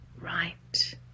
right